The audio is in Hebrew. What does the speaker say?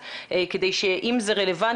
אולי זה משרד העבודה והרווחה ולא שלכם.